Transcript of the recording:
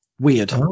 Weird